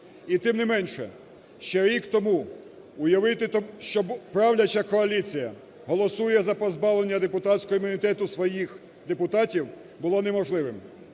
І тим не менше, ще рік тому уявити, що правляча коаліція голосує за позбавлення депутатського імунітету своїх депутатів було неможливим.